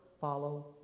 follow